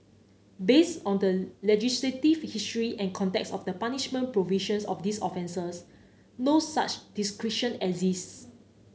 based on the legislative history and context of the punishment provisions of these offences no such discretion exists